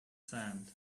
sand